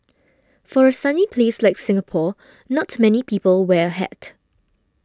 for a sunny place like Singapore not many people wear a hat